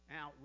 Now